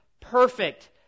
perfect